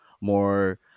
more